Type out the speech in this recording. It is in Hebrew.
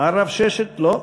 אמר רב ששת: לא,